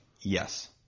Yes